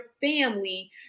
family